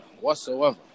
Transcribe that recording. whatsoever